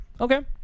Okay